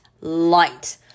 light